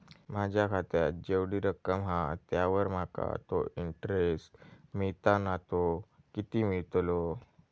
माझ्या खात्यात जेवढी रक्कम हा त्यावर माका तो इंटरेस्ट मिळता ना तो किती मिळतलो?